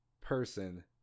person